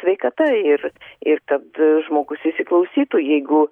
sveikata ir ir tad žmogus įsiklausytų jeigu